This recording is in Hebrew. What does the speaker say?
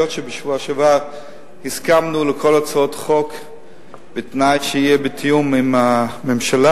בעוד שבשבוע שעבר הסכמנו לכל הצעות החוק בתנאי שיהיה תיאום עם הממשלה.